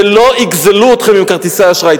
ולא יגזלו אתכם עם כרטיסי האשראי.